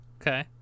Okay